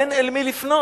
אין אל מי לפנות.